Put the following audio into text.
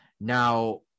Now